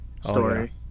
story